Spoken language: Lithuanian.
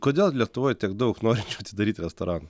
kodėl lietuvoj tiek daug norinčių atidaryti restoraną